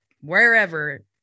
wherever